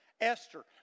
Esther